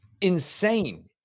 insane